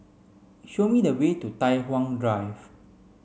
show me the way to Tai Hwan Drive